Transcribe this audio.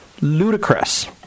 Ludicrous